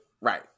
Right